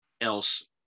else